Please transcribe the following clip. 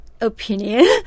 opinion